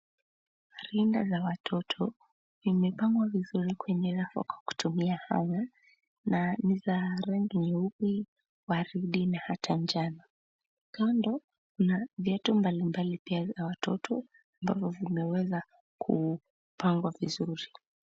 Rinda za watoto imepangwa vizuri kwenye rafu kwa kutumia cs[hanger]cs na ni za rangi nyeupe, waridi na hata njano. Kando na viatu mbalimbali pia vya watoto ambavyo vimeweza kupangwa vizuri.